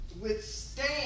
withstand